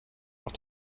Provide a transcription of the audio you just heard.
noch